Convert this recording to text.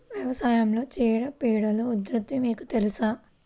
వ్యవసాయంలో చీడపీడల ఉధృతి మీకు తెలుసా?